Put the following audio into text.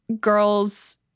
girls